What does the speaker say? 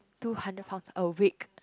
two hundred pounds a week